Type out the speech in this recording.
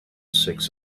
six